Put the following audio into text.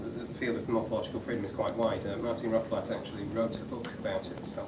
field of morphological freedom is quite wide martine rothblatt actually wrote a book about it